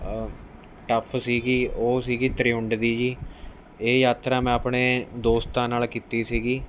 tough ਸੀ ਉਹ ਸੀ ਤਰਿਉਂਦ ਦੀ ਜੀ ਇਹ ਯਾਤਰਾ ਮੈਂ ਆਪਣੇ ਦੋਸਤਾਂ ਨਾਲ ਕੀਤੀ ਸੀ